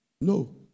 No